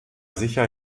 sicher